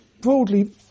broadly